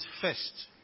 first